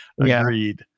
Agreed